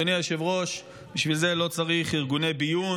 אדוני היושב-ראש, בשביל זה לא צריך ארגוני ביון.